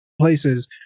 places